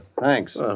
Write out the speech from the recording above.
thanks